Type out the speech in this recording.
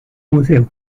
museo